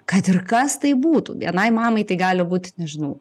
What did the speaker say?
kad ir kas tai būtų vienai mamai tai gali būt nežinau